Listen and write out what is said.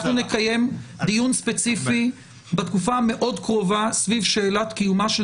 אנחנו נקיים דיון ספציפי בתקופה המאוד קרובה סביב שאלת קיומה של